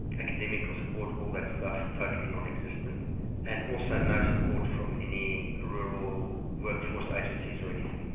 academical support, all that stuff basically non-existent and also no support from any rural workforce agencies or anything,